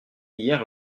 hier